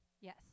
Yes